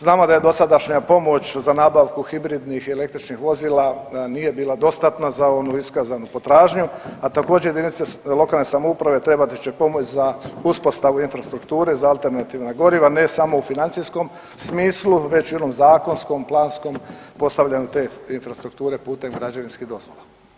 Znamo da je dosadašnja pomoć za nabavku hibridnih i električnih vozila nije bila dostatna za onu iskazanu potražnju, a također, jedinice lokalne samouprave trebati će pomoć za uspostavu infrastrukture za alternativna goriva, ne samo u financijskom smislu, već i onom zakonskom, planskom postavljanju te infrastrukture putem građevinskih dozvola.